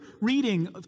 reading